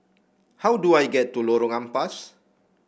how do I get to Lorong Ampas